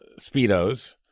speedos